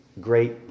great